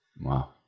Wow